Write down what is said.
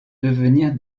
devenir